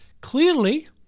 clearly